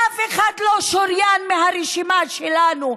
אף אחד לא שוריין מהרשימה שלנו.